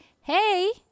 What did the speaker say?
hey